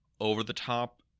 over-the-top